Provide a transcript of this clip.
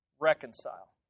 Reconcile